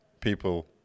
People